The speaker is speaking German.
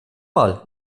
mal